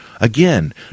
again